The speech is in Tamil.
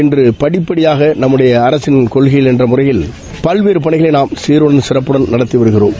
இன்று படிப்படியாக நம்முடைய அரசின் கொள்கை என்ற முறையில் பல்வேறு பணிகளை நாம் சீரோடும் சிறப்போடும் நடத்தி வருகிறோம்